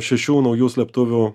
šešių naujų slėptuvių